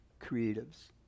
creatives